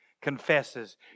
confesses